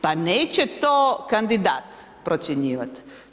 Pa neće to kandidat procjenjivati.